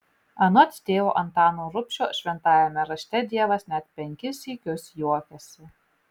anot tėvo antano rubšio šventajame rašte dievas net penkis sykius juokiasi